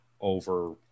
over